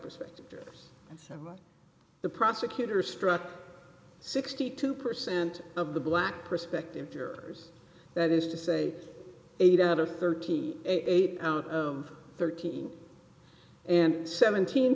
jurors so the prosecutor struck sixty two percent of the black prospective jurors that is to say eight out of thirty eight out of thirteen and seventeen